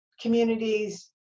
communities